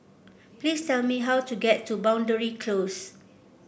please tell me how to get to Boundary Close